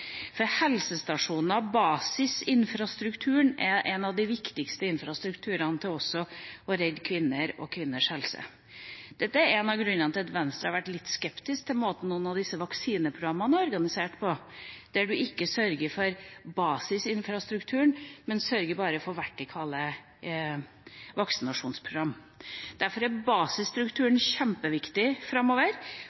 basisinfrastrukturen, er en av de viktigste infrastrukturene til å redde kvinner og kvinners helse. Dette er en av grunnene til at Venstre har vært litt skeptisk til måten noen av disse vaksineprogrammene er organisert på, der man ikke sørger for basisinfrastrukturen, men bare sørger for vertikale vaksinasjonsprogram. Derfor er basisinfrastrukturen kjempeviktig framover, og det er